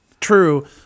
True